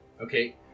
Okay